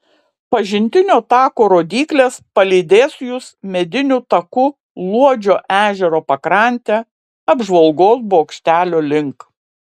pažintinio tako rodyklės palydės jus mediniu taku luodžio ežero pakrante apžvalgos bokštelio link